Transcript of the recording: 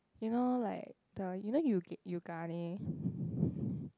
you know like the you know Yoog~ Yoogane